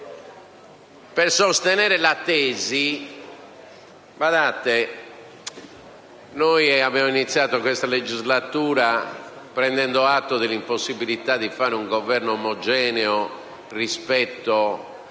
per sostenere una tesi. Badate, noi abbiamo iniziato questa legislatura prendendo atto dell'impossibilità di costituire un Governo omogeneo rispetto